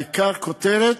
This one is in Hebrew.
העיקר כותרת.